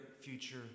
future